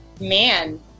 man